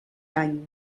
any